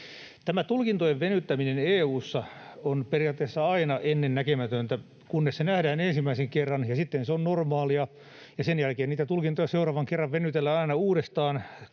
tulkintojen venyttäminen EU:ssa on periaatteessa aina ennennäkemätöntä, kunnes se nähdään ensimmäisen kerran, ja sitten se on normaalia, ja sen jälkeen niitä tulkintoja seuraavan kerran venytellään aina uudestaan,